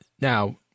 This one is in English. Now